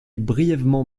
brièvement